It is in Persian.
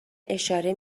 اشاره